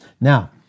Now